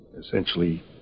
essentially